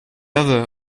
other